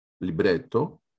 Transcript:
libretto